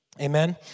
Amen